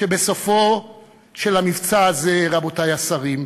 שבסופו של המבצע הזה, רבותי השרים,